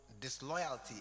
disloyalty